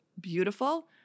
beautiful